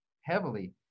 heavily